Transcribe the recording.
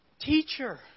teacher